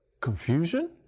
Confusion